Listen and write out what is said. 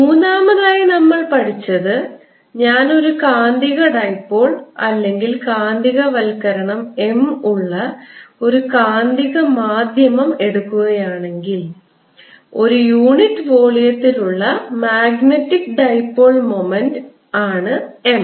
മൂന്നാമതായി നമ്മൾ പഠിച്ചത് ഞാൻ ഒരു കാന്തിക ഡൈപോൾ അല്ലെങ്കിൽ കാന്തികവൽക്കരണo M ഉള്ള ഒരു കാന്തിക മാധ്യമം എടുക്കുകയാണെങ്കിൽ ഒരു യൂണിറ്റ് വോള്യത്തിൽ ഉള്ള മാഗ്നറ്റിക് ഡൈപോൾ മൊമെന്റ് ആണ് M